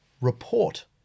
report